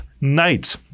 night